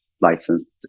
licensed